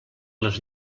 les